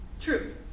true